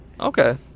Okay